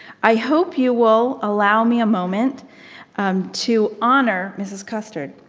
i hope you will allow me a moment to honor mrs. custard.